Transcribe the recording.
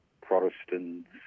Protestants